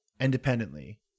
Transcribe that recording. independently